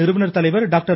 நிறுவனர் தலைவர் டாக்டர்